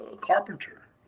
carpenter